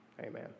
Amen